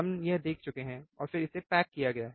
हमने यह देख चुके हैं और फिर इसे पैक किया है